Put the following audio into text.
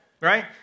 right